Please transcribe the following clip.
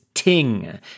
Ting